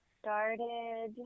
started